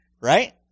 right